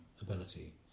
ability